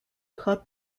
called